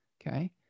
Okay